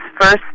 first